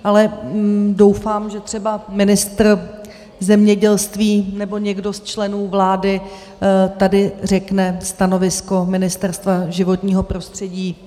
Ale doufám, že třeba ministr zemědělství nebo někdo ze členů vlády tady řekne stanovisko Ministerstva životního prostředí.